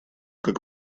как